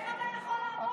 איך אתה יכול לעמוד כאן?